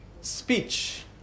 Speech